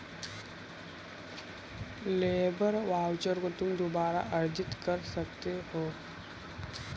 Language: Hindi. लेबर वाउचर को तुम दोबारा अर्जित कर सकते हो